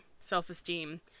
self-esteem